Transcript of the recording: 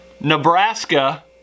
Nebraska